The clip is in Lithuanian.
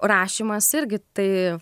rašymas irgi tai